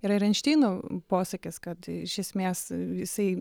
yra ir einšteino posakis kad iš esmės jisai